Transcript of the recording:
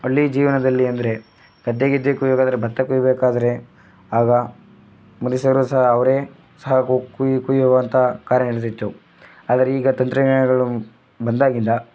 ಹಳ್ಳಿ ಜೀವನದಲ್ಲಿ ಅಂದರೆ ಗದ್ದೆ ಗಿದ್ದೆ ಕೋಯ್ಬೇಕಾದರೆ ಭತ್ತ ಕೊಯ್ಯಬೇಕಾದ್ರೆ ಆಗ ಮನುಷ್ಯರು ಸಹ ಅವರೇ ಸಹ ಕೊಯ್ಯುವಂಥ ಕಾರ್ಯ ನಡೆಯುತ್ತಿತ್ತು ಆದರೆ ಈಗ ತಂತ್ರಜ್ಞಾನಗಳು ಬಂದಾಗಿನಿಂದ